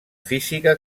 física